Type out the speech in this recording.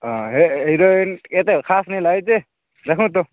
ହଁ ହେ ହିରୋଇନ୍ ଏତେ ଖାସ୍ ନାଇଁ ଲାଗେ ଯେ ଦେଖନ୍ତୁ